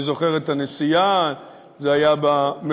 אני זוכר את הנסיעה, זה היה במכונית,